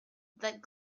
that